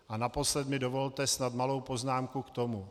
A naposled mi dovolte snad malou poznámku k tomu.